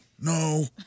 No